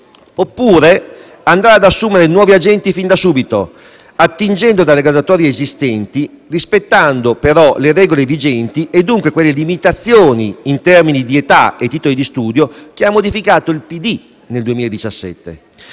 oppure andare ad assumere nuovi agenti fin da subito, attingendo dalle graduatorie esistenti, rispettando però le regole vigenti e dunque quelle limitazioni in termini di età e titoli di studio, secondo le modifiche introdotte